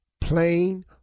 Plain